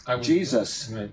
Jesus